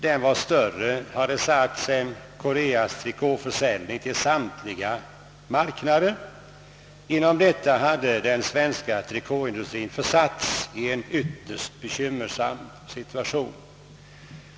Denna export är nu större, har det sagts, än Koreas trikåförsäljning till samtliga andra marknader. Genom detta har den svenska trikåindustrien försatts i en ytterst bekymmersam situation.